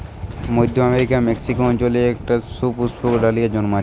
মধ্য আমেরিকার মেক্সিকো অঞ্চলে একটা সুপুষ্পক ডালিয়া জন্মাচ্ছে